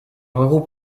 regroupe